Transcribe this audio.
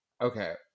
Okay